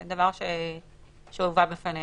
זה דבר שהובא בפנינו.